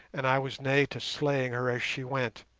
and i was nigh to slaying her as she went.